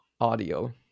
audio